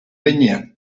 behinean